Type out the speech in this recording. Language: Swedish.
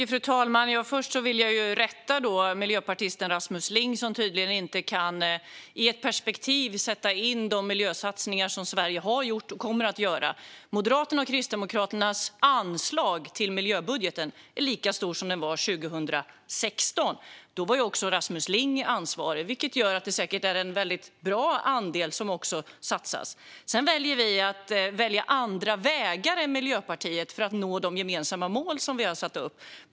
Fru talman! Först vill jag rätta miljöpartisten Rasmus Ling, som tydligen inte kan sätta in de miljösatsningar som Sverige har gjort och kommer att göra i ett perspektiv. Moderaternas och Kristdemokraternas anslag till miljöbudgeten är lika stort som det var 2016 - då var också Rasmus Ling ansvarig - vilket gör att det säkert är en väldigt bra andel som satsas. Sedan väljer vi andra vägar än Miljöpartiet för att nå de gemensamma mål som vi har satt upp.